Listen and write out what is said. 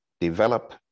develop